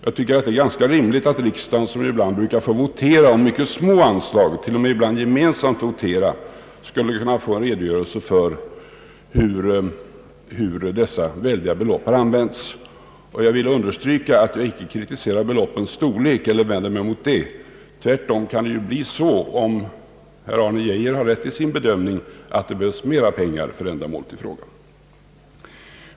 Jag tycker att det är ganska rimligt att riksdagen, som ibland brukar votera om mycket små anslag och t.o.m. ha gemensamma voteringar om sådana anslag, skall kunna få en redogörelse för hur dessa synnerligen stora belopp har använts. Jag vill understryka att jag inte kritiserar beloppens storlek eller vänder mig däremot, utan det kan tvärtom bli så — om herr Arne Geijer har rätt i sin bedömning — att det behövs mera pengar för ändamålet i fråga.